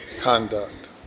conduct